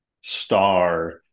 star